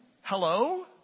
Hello